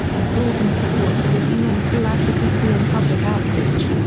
and broadens support for the un through advocacy and public outreach.